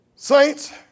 Saints